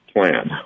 plan